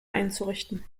einzurichten